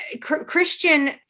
Christian